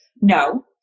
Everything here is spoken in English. No